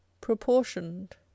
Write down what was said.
proportioned